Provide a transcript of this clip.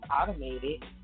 automated